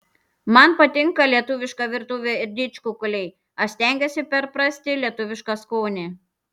man patinka lietuviška virtuvė ir didžkukuliai aš stengiuosi perprasti lietuvišką skonį